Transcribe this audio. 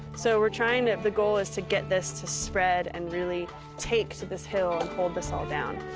so we're trying to the goal is to get this to spread and really take to this hill and hold this all down.